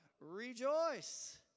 Rejoice